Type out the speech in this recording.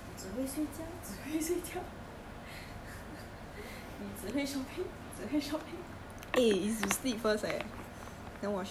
you see then now I come to your house 你只会睡觉只会睡觉 你只会 shopping 只会 shopping